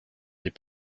des